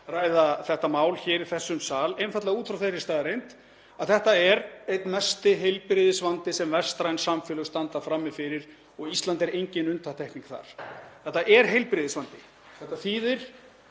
ræða þetta mál hér í þessum sal, einfaldlega út frá þeirri staðreynd að þetta er einn mesti heilbrigðisvandi sem vestræn samfélög standa frammi fyrir og Ísland er engin undantekning þar. Þetta er heilbrigðisvandi. Þetta þýðir